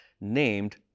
named